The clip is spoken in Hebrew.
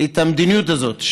את המדיניות הזאת,